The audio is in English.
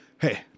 Hey